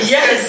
Yes